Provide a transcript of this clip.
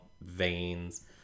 veins